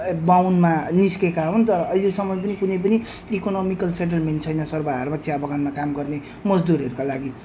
बाउन्नमा निस्केका हुन् तर अहिलेसम्म पनि कुनै पनि इकोनोमिकल सेटलमेन्ट छैन सर्वहारा चिया बगानमा काम गर्ने मजदुरहरूका लागि